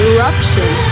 Eruption